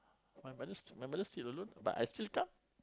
my mother s~ my mother stay alone but I still come